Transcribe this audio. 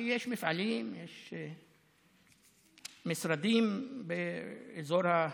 כי יש מפעלים, יש משרדים באזור,